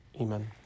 Amen